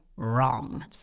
wrong